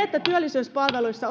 Jotta työllisyyspalveluissa